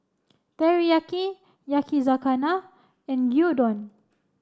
Teriyaki Yakizakana and Gyudon